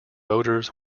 voters